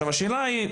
השאלה היא,